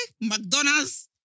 McDonald's